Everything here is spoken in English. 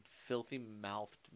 filthy-mouthed